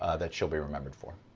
ah that shell be remembered for?